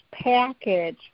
package